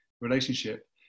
relationship